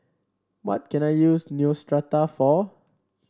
what can I use Neostrata for